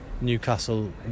Newcastle